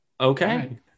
okay